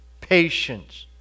patience